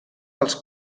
dels